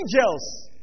angels